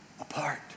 apart